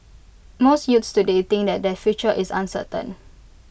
most youths today think that their future is uncertain